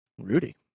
Rudy